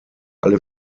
alle